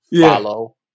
Follow